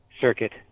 circuit